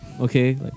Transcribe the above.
Okay